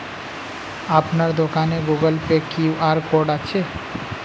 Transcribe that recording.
আপনার দোকানে Google Pay QR code আছে?